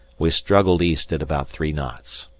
we struggled east at about three knots.